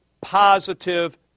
positive